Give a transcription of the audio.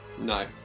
No